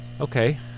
okay